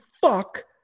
fuck